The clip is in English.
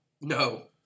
No